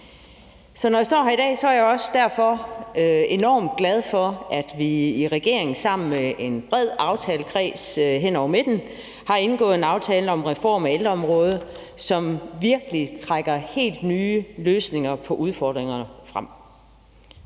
er, når jeg står i her i dag, derfor også enormt glad for, at vi i regeringen sammen med en bred aftalekreds hen over midten har indgået en aftale om en reform af ældreområdet, som virkelig trækker nogle helt nye løsninger på udfordringerne frem.